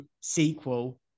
sequel